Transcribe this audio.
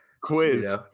quiz